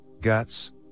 guts